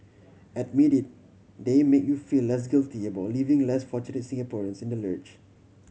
admit it they make you feel less guilty about leaving less fortunate Singaporeans in the lurch